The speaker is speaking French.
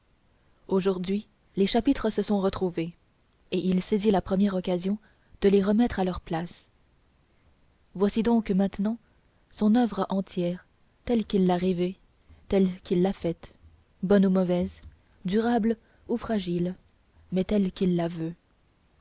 aujourd'hui les chapitres se sont retrouvés et il saisit la première occasion de les remettre à leur place voici donc maintenant son oeuvre entière telle qu'il l'a rêvée telle qu'il l'a faite bonne ou mauvaise durable ou fragile mais telle qu'il la veut